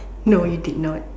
no you did not